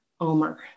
omer